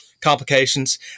complications